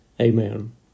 Amen